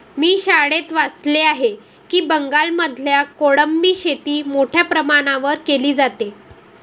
मी शाळेत वाचले आहे की बंगालमध्ये कोळंबी शेती मोठ्या प्रमाणावर केली जाते